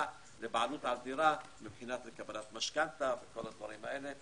לבעלות על דירה מבחינת קבלת משכנתא וכל הדברים האלה,